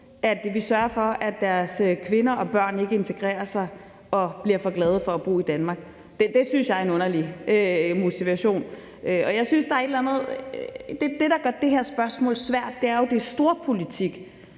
at vi sørger for, at deres kvinder og børn ikke integrerer sig og bliver for glade for at bo i Danmark. Det synes jeg er en underlig motivation. Det, der gør det her spørgsmål svært, er jo, at det er storpolitik,